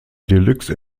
deluxe